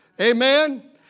Amen